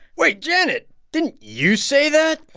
wait, janet. didn't you say that?